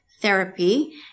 therapy